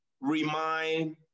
remind